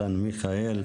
אהלן, מיכאל.